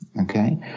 okay